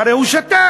הרי הוא שתק.